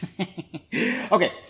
Okay